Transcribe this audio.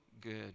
good